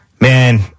Man